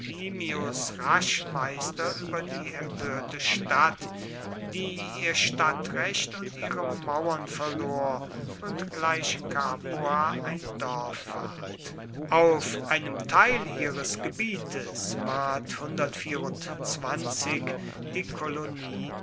rasch meister über die empörte stadt die ihr stadtrecht und ihre mauern verlor und gleich capua ein dorf ward auf einem teil ihres gebietes ward die kolonie